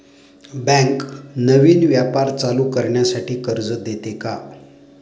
Bank नवीन व्यापार चालू करण्यासाठी कर्ज देते का?